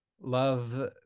love